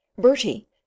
Bertie